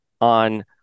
on